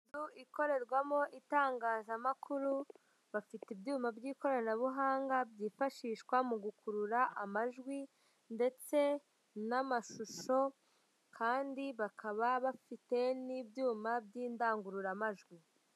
Inzu ikorerwamo itangazamakuru bafite ibyuma by'ikoranabuhanga byifashishwa mu gukurura amajwi ndetse n'amashusho kandi bakaba bafite n'ibyuma by'indangururamajwi.